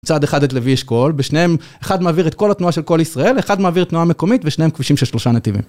בצד אחד את לוי אשכול, בשניהם, אחד מעביר את כל התנועה של כל ישראל, אחד מעביר תנועה מקומית, ושניהם כבישים של שלושה נתיבים.